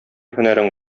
һөнәрең